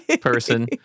person